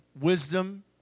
wisdom